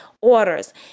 orders